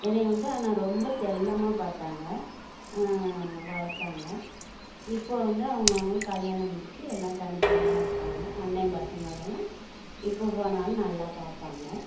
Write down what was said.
என்னை வந்து ஆனால் ரொம்ப செல்லமாக பார்த்தாங்க வளர்த்தாங்க இப்போது வந்து அவுங்கவங்களுக்கு கல்யாணம் முடித்து எல்லாம் தனித்தனியாக இருக்காங்க அண்ணே பசங்களெல்லாம் இப்போது போனாலும் நல்லா பார்ப்பாங்க